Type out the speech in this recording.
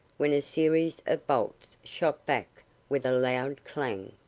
when a series of bolts shot back with a loud clang.